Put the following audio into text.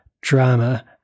drama